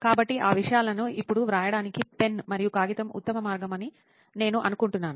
కాబట్టి ఆ విషయాలను ఇప్పుడు వ్రాయడానికి పెన్ మరియు కాగితం ఉత్తమ మార్గం అని నేను అనుకుంటున్నాను